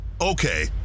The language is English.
Okay